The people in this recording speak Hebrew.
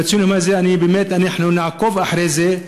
בציון היום הזה אני אגיד שאנחנו נעקוב אחרי זה.